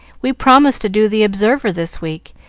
we promised to do the observer this week,